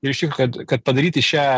ir šįkart kad padaryti šią